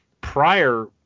prior